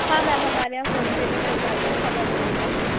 हाँ मेम हमारे यहाँ फ़ोनपे भी चल जाते है सब अवेलेबल है